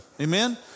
Amen